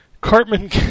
Cartman